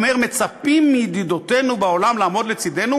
הוא אומר: מצפים מידידותינו בעולם לעמוד לצדנו